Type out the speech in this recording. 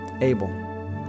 Abel